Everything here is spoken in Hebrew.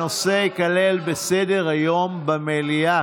הנושא ייכלל בסדר-היום במליאה.